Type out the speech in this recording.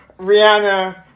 Rihanna